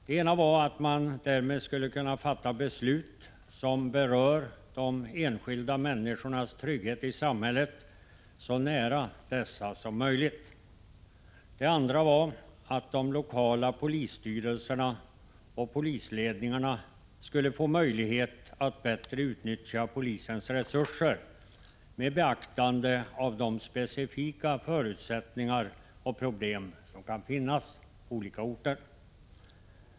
Det ena var att man därmed skulle kunna fatta beslut som berör de enskilda människornas trygghet i samhället så nära dessa som möjligt. Det andra var att de lokala polisstyrelserna och polisledningarna skulle få möjlighet att bättre utnyttja polisens resurser med beaktande av de specifika förutsättningar och problem som kan finnas på olika orter.